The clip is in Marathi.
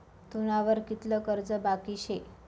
तुना वर कितलं कर्ज बाकी शे